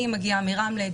אני מגיעה מרמלה,